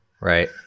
right